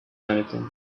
anything